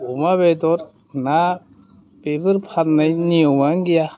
अमा बेदर ना बेफोर फाननाय नियमानो गैया